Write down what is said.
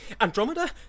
Andromeda